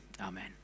Amen